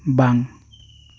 ᱵᱟᱝ